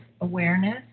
awareness